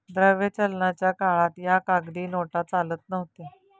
द्रव्य चलनाच्या काळात या कागदी नोटा चालत नव्हत्या